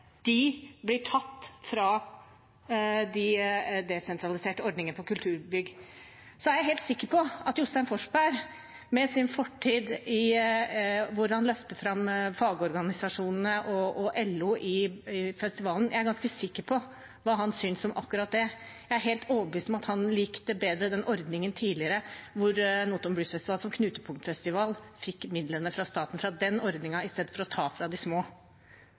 blir tatt fra den desentraliserte ordningen for kulturbygg, er jeg helt sikker på hva Jostein Forsberg – med sin fortid, hvor han løfter fram fagorganisasjonene og LO i festivalen – synes om akkurat det. Jeg er helt overbevist om at han likte bedre den tidligere ordningen, hvor Notodden Blues Festival som knutepunktfestival fikk midlene fra staten, fra den ordningen, i stedet for å ta fra de små.